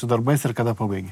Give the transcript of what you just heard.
su darbais ir kada pabaigi